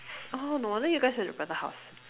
oh no wonder you guys were at prata house